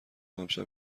امشب